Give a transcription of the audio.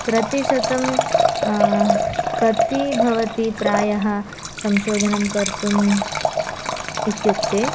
प्रतिशतं कति भवति प्रायः संशोधनं कर्तुम् इत्युक्ते